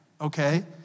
okay